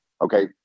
okay